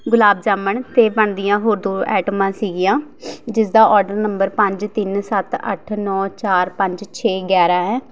ਗੁਲਾਬ ਜਾਮੁਣ ਅਤੇ ਬਣਦੀਆਂ ਹੋਰ ਦੋ ਆਇਟਮਾਂ ਸੀਗੀਆਂ ਜਿਸ ਦਾ ਔਡਰ ਨੰਬਰ ਪੰਜ ਤਿੰਨ ਸੱਤ ਅੱਠ ਨੌ ਚਾਰ ਪੰਜ ਛੇ ਗਿਆਰਾਂ ਹੈ